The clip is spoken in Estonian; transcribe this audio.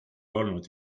olnud